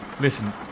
Listen